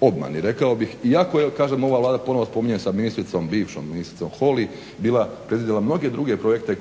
obmani rekao bih iako je kažem ova Vlada ponovno spominjem sa ministricom bivšom, ministricom Holy bila predvidjela mnoge druge projekte